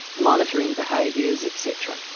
monitoring behaviours, etc.